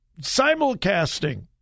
simulcasting